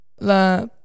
La